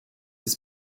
ist